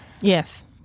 yes